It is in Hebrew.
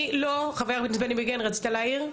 חבר הכנסת בני בגין רצית להעיר?